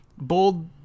bold